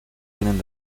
tienen